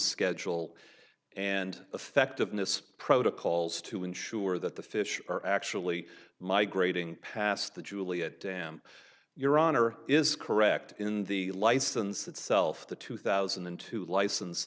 schedule and effectiveness protocols to ensure that the fish are actually migrating past the juliet dam your honor is correct in the license itself the two thousand and two license